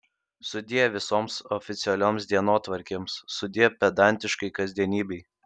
sudie visoms oficialioms dienotvarkėms sudie pedantiškai kasdienybei